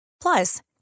Plus